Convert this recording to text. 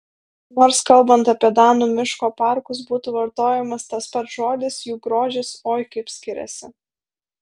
nors kalbant apie danų miško parkus būtų vartojamas tas pats žodis jų grožis oi kaip skiriasi